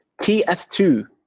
TF2